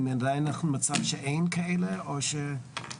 האם עדיין אנחנו במצב שאין כאלה או שיש?